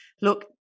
look